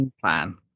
plan